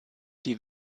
die